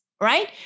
right